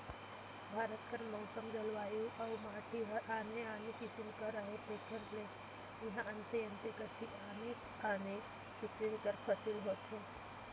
भारत कर मउसम, जलवायु अउ माटी हर आने आने किसिम कर अहे तेकर ले इहां अन्ते अन्ते कती आनेच आने किसिम कर फसिल होथे